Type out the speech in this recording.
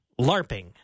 LARPing